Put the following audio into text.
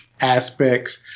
aspects